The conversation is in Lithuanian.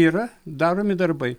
yra daromi darbai